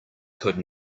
could